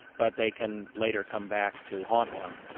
but they can later come back to haunt one,